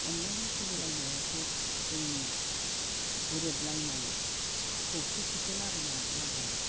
अनलायनाय सिबिलायनायासो जोंनि गोरोबलायनाय खौसेथिखौ लाबोना लाबोयो